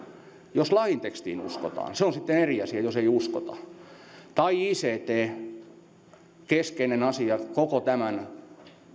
jos lain tekstiin uskotaan se on sitten eri asia jos ei uskota ict on keskeinen asia koko tämän